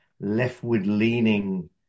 leftward-leaning